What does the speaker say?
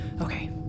Okay